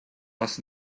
also